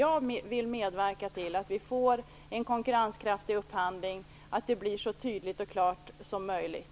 Jag vill medverka till att vi får en konkurrenskraftig upphandling och att det blir så tydligt och klart som möjligt.